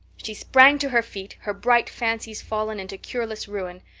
she sprang to her feet, her bright fancies fallen into cureless ruin.